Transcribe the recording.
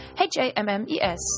H-A-M-M-E-S